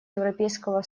европейского